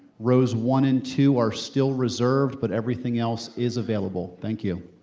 rows one and two are still reserved, but everything else is available. thank you.